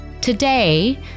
Today